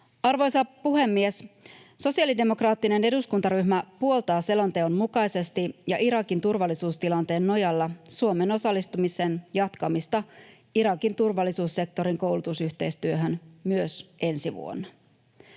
Arvoisa puhemies! Sosiaalidemokraattinen eduskuntaryhmä puoltaa selonteon mukaisesti ja Irakin turvallisuustilanteen nojalla Suomen osallistumisen jatkamista Irakin turvallisuussektorin koulutusyhteistyöhön myös ensi vuonna.